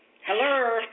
Hello